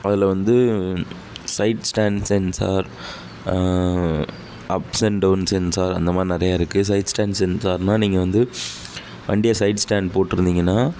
அதில் வந்து side stand sensor ups and down sensor அந்த மாதிரி நிறையா இருக்குது சைட் ஸ்டேண்ட் சென்சார்னால் நீங்கள் வந்து வண்டியை சைடு ஸ்டேண்ட் போட்டுயிருந்தீங்கனா